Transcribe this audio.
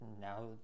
now